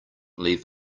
leave